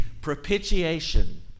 propitiation